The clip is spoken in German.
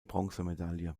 bronzemedaille